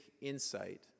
insight